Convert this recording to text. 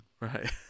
Right